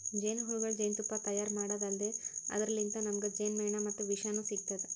ಜೇನಹುಳಗೊಳ್ ಜೇನ್ತುಪ್ಪಾ ತೈಯಾರ್ ಮಾಡದ್ದ್ ಅಲ್ದೆ ಅದರ್ಲಿನ್ತ್ ನಮ್ಗ್ ಜೇನ್ಮೆಣ ಮತ್ತ್ ವಿಷನೂ ಸಿಗ್ತದ್